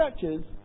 churches